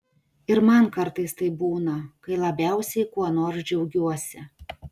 ir man kartais taip būna kai labiausiai kuo nors džiaugiuosi